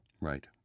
right